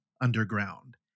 underground